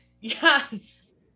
Yes